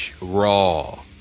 Raw